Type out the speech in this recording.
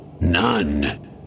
None